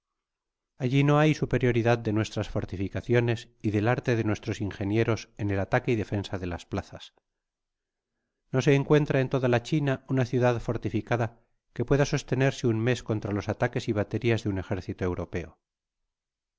alli no hay la superioridad de nuestras fortificaciones y del arte de nuestros ingenieros en el ataque y defensa de las plazas no se encuentra en toda la china una ciudad fortificada que pueda sostenerse un mes contra los ataques y baterias de un ejército europeo